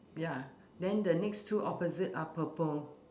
ya then the next two opposite are purple